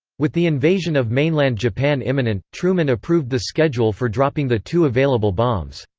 with the invasion of mainland japan imminent, truman approved the schedule for dropping the two available bombs.